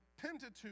Pentateuch